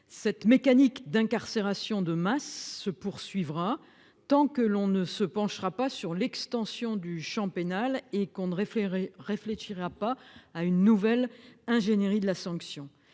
Cette mécanique d'incarcération de masse se poursuivra tant que l'on ne se penchera pas sur l'extension du champ pénal et qu'on ne réfléchira pas à une nouvelle ingénierie de la sanction.